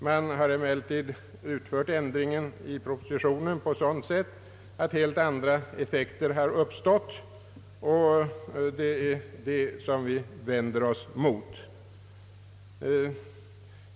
Man har emellertid utfört ändringen i propositionen på sådant sätt att helt andra effekter har uppstått, och det är det som vi vänder oss mot.